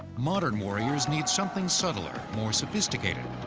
modern warriors need something subtler, more sophisticated.